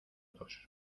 dos